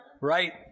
Right